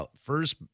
first